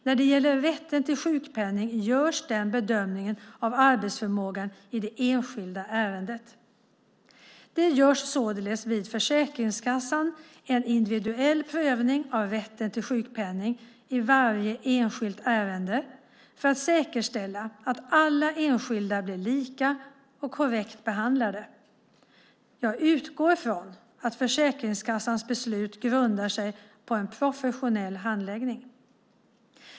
När det gäller rätten till sjukpenning görs det en bedömning av arbetsförmågan i det enskilda ärendet. Det görs således vid Försäkringskassan en individuell prövning av rätten till sjukpenning i varje enskilt ärende för att säkerställa att alla enskilda blir lika och korrekt behandlade. Jag utgår ifrån att Försäkringskassans beslut grundar sig på en professionell handläggning.